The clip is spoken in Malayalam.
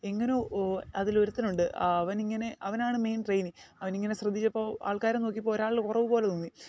എങ്ങനോ അതിൽ ഒരുത്തനുണ്ട് അവൻ ഇങ്ങനെ അവനാണ് മെയിൻ ട്രെയിനിങ് അവൻ ഇങ്ങനെ ശ്രദ്ധിച്ചപ്പോൾ ആൾക്കാരെ നോക്കിയപ്പോൾ ഒരാളുടെ കുറവ് പോലെ തോന്നി